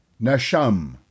Nasham